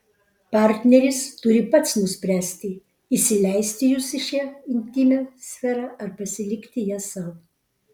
partneris turi pats nuspręsti įsileisti jus į šią intymią sferą ar pasilikti ją sau